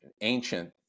ancient